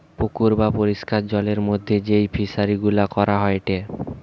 পুকুর বা পরিষ্কার জলের মধ্যে যেই ফিশারি গুলা করা হয়টে